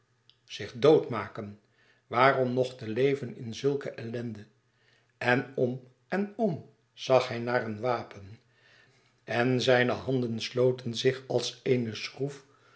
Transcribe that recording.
zich doodmaken waarom nog te leven in zulke ellende en om en om zag hij naar een wapen en zijne handen sloten zich als eene schroef